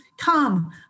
come